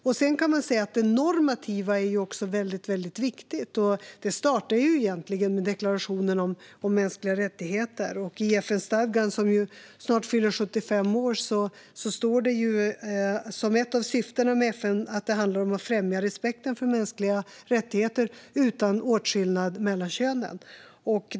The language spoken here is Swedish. Sedan kan man också säga att även det normativa är viktigt. Det startar egentligen i deklarationen om mänskliga rättigheter. I FN-stadgan, som snart fyller 75 år, står det att ett av syftena med FN är att främja respekten för mänskliga rättigheter utan åtskillnad mellan könen.